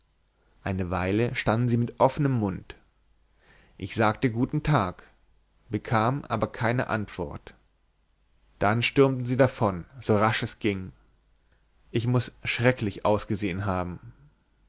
eine weile standen sie mit offenem mund ich sagte guten tag bekam aber keine antwort dann stürmten sie davon so rasch es ging ich muß schrecklich ausgesehen haben